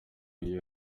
iyo